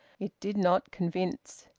it did not convince.